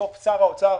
בסוף לשר האוצר,